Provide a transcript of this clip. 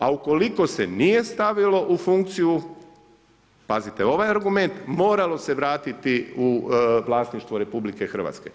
A ukoliko se nije stavljalo u funkciju, pazite ovaj argument, moralo se vratiti u vlasništvu RH.